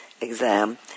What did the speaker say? exam